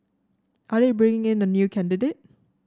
are they bringing in a new candidate